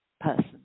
person